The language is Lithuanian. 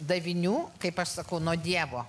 davinių kaip aš sakau nuo dievo